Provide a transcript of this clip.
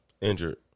Injured